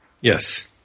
Yes